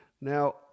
Now